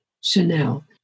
Chanel